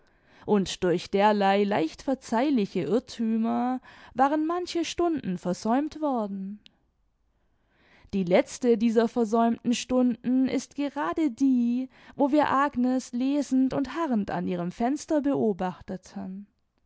und durch derlei leicht verzeihliche irrthümer waren manche stunden versäumt worden die letzte dieser versäumten stunden ist gerade die wo wir agnes lesend und harrend an ihrem fenster beobachteten